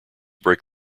break